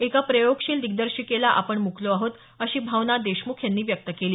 एका प्रयोगशील दिग्दर्शिकेला आपण मुकलो आहोत अशी भावना अमित देशमुख यांनी व्यक्त केली